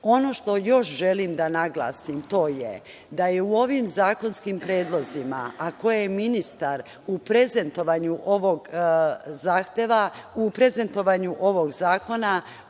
Ono što još želim da naglasim, to je da je u ovim zakonskim predlozima, a koje je ministar u prezentovanju ovog zakona u samom početku izneo na